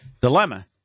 dilemma